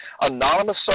anonymous